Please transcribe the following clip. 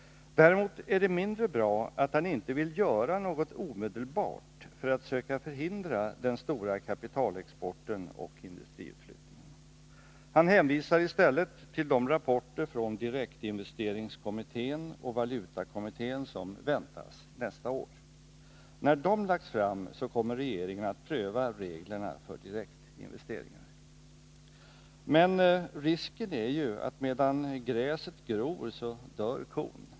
Däremot är det mindre bra att han inte vill göra något omedelbart för att söka förhindra den stora kapitalexporten och industriutflyttningen. Han hänvisar i stället till de rapporter från direktinvesteringskommittén och valutakommittén som väntas nästa år. När de lagts fram kommer regeringen att pröva reglerna för direktinvesteringar. Men risken är ju att medan gräset gror dör kon.